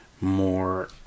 more